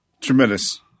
Tremendous